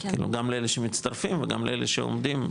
כאילו גם לאלה שמצטרפים וגם לאלה שעומדים,